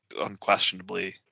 unquestionably